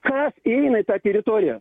kas įeina į tą teritoriją